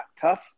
tough